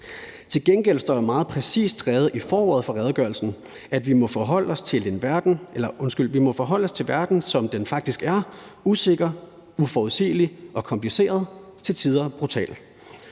Til gengæld står der meget præcist skrevet i forordet til redegørelsen, »... at vi må forholde os til verden, som den faktisk er: usikker, uforudsigelig og kompliceret. Til tider brutal.«